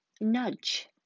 nudge